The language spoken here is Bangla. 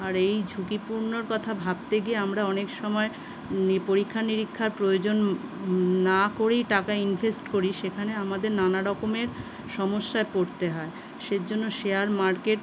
আর এই ঝুঁকিপূর্ণর কথা ভাবতে গিয়ে আমরা অনেক সময় পরীক্ষা নিরীক্ষার প্রয়োজন না করেই টাকা ইনভেস্ট করি সেখানে আমাদের নানারকমের সমস্যায় পড়তে হয় সের জন্য শেয়ার মার্কেট